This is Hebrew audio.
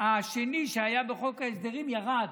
השני שהיה בחוק ההסדרים ירד.